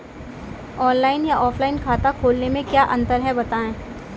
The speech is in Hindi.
ऑनलाइन या ऑफलाइन खाता खोलने में क्या अंतर है बताएँ?